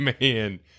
man